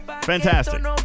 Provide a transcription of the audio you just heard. Fantastic